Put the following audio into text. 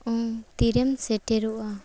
ᱟᱢ ᱛᱤᱨᱮᱢ ᱥᱮᱴᱮᱨᱚᱜᱼᱟ